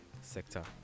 sector